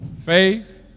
faith